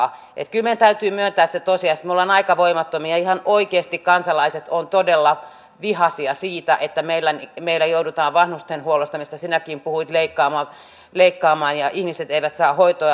kyllä meidän täytyy myöntää se tosiasia että me olemme aika voimattomia ja ihan oikeasti kansalaiset ovat todella vihaisia siitä että meillä joudutaan vanhustenhuollosta mistä sinäkin puhuit leikkaamaan ja ihmiset eivät saa hoitoa